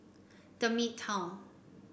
The Midtown